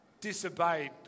disobeyed